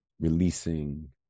releasing